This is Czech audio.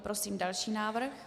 Prosím další návrh.